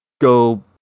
go